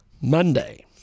Monday